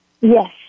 Yes